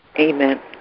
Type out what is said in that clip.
Amen